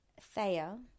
Thea